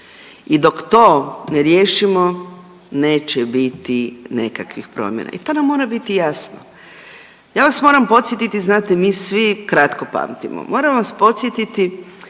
i dok to ne riješimo neće biti nekakvih promjena i to nam mora biti jasno. Ja vas moram podsjetiti, znate mi svi kratko pamtimo, moram vas podsjetiti